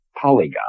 polygon